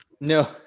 No